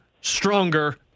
stronger